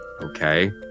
Okay